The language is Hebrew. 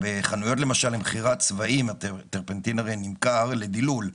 בחנויות למכירת צבעים הטרפנטין נמכר הרי לדילול,